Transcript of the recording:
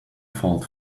fault